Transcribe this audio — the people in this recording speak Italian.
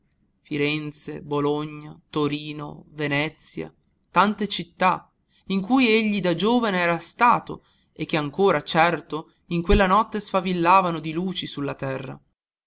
firenze bologna torino venezia tante città in cui egli da giovine era stato e che ancora certo in quella notte sfavillavano di luci sulla terra